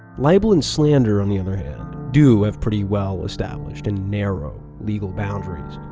libel and slander, on the other hand, do have pretty well-established and narrow, legal boundaries.